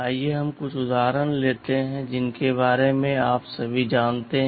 आइए हम कुछ उदाहरण लेते हैं जिनके बारे में आप सभी जानते हैं